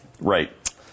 Right